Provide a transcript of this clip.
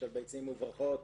כשהביצים מוברחות,